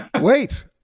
Wait